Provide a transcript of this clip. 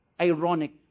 ironic